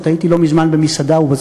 הייתי לא מזמן במסעדה בפתח-תקווה,